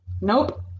Nope